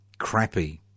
Crappy